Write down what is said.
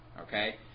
okay